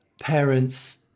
parents